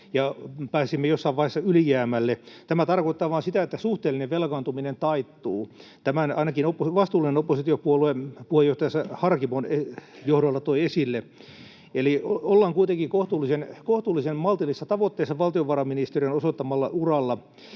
ja pääsisimme jossain vaiheessa ylijäämälle. Tämä tarkoittaa vain sitä, että suhteellinen velkaantuminen taittuu. Tämän ainakin vastuullinen oppositiopuolue puheenjohtajansa Harkimon johdolla toi esille. Eli ollaan kuitenkin kohtuullisen maltillisissa tavoitteissa valtiovarainministeriön osoittamalla uralla.